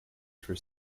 for